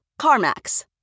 CarMax